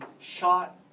shot